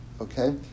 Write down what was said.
Okay